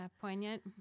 poignant